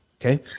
Okay